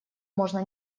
можно